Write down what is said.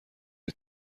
های